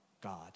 God